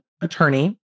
attorney